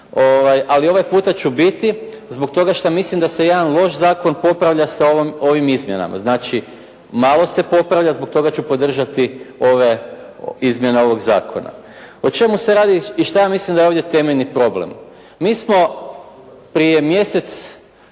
ali ovaj puta ću biti zbog toga što mislim da se jedan loš zakon popravlja sa ovim izmjenama. Znači malo se popravlja, zbog toga ću podržati ove izmjene ovog zakona. O čemu se radi i šta ja mislim da je ovdje temeljni problem? Mi smo prije mjesec,